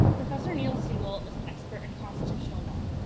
professor neil siegel is an expert in constitutional law.